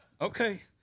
Okay